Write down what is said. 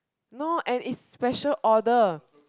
no and it's special order